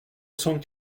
cent